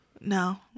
No